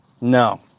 No